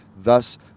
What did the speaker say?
thus